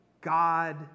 God